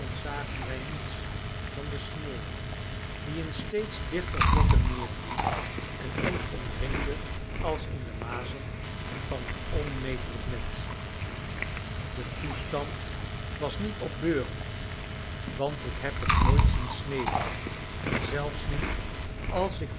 zagen wij niets dan de sneeuw die in steeds dichter vlokken neerviel en ons omringde als in de mazen van een onmetelijk net de toestand was niet opbeurend want ik heb het nooit zien sneeuwen zelfs niet als ik